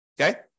Okay